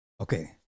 Okay